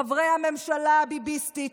חברי הממשלה הביביסטית,